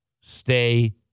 stay